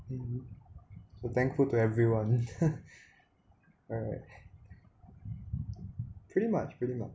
hmm so thankful to everyone alright pretty much pretty much